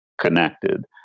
connected